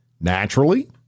Naturally